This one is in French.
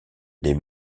les